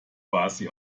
quasi